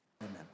Amen